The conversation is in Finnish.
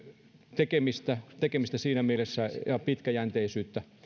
tekemistä tekemistä siinä mielessä ja pitkäjänteisyyttä